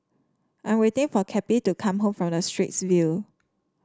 I'm waiting for Cappie to come back from Straits View